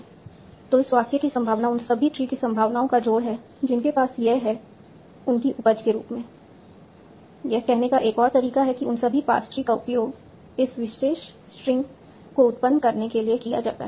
तो इस वाक्य की संभावना उन सभी ट्री की संभावनाओं का जोड़ है जिनके पास यह है उनकी उपज के रूप में यह कहने का एक और तरीका है कि उन सभी पार्स ट्री का उपयोग इस विशेष स्ट्रिंग को उत्पन्न करने के लिए किया जाता है